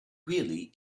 really